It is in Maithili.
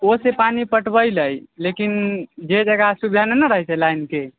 ओ छै पानी पटबै लए लेकिन जे जेकरा सुविधा नहि ने रहै छै लाइन के